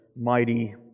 mighty